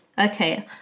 okay